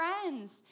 friends